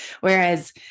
Whereas